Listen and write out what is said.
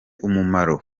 umumaro